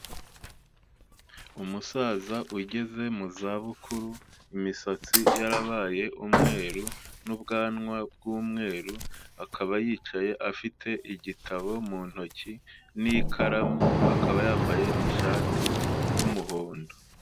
Umusaza ugeze mu zabukuru imisatsi yarabaye umweru n'ubwanwa bw'umweru, akaba yicaye afite igitabo mu ntoki n'ikaramu akaba yambaye ishati y'umuhondo.